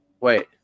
wait